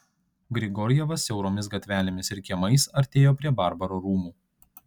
grigorjevas siauromis gatvelėmis ir kiemais artėjo prie barbaro rūmų